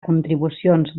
contribucions